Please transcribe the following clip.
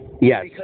Yes